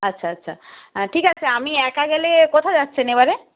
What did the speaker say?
আচ্ছা আচ্ছা ঠিক আছে আমি একা গেলে কোথায় যাচ্ছেন এবারে